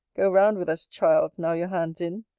go round with us, child, now your hand's in.